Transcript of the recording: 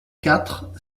quatre